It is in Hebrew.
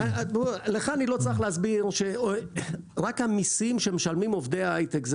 לך אני לא צריך להסביר שרק המיסים שעובדי ההייטק משלמים זה